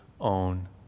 own